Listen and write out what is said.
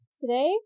today